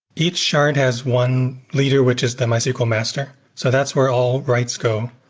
each shard has one leader, which is the mysql master. so that's where all writes go.